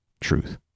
truth